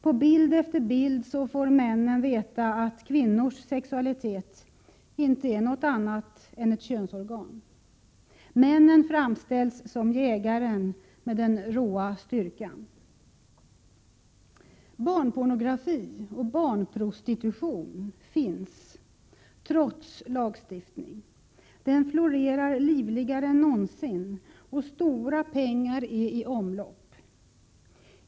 På bild efter bild får männen veta att kvinnors sexualitet inte är något annat än ett könsorgan. Mannen framställs som jägaren med den råa styrkan. Barnpornografi och barnprostitution finns trots lagstiftning. De florerar livligare än någonsin, och stora pengar är i omlopp.